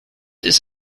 ist